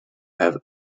have